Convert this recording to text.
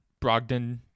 Brogdon